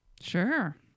Sure